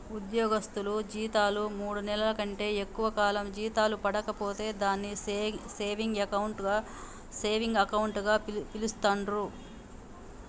ఉద్యోగస్తులు జీతాలు మూడు నెలల కంటే ఎక్కువ కాలం జీతాలు పడక పోతే దాన్ని సేవింగ్ అకౌంట్ గా పిలుస్తాండ్రు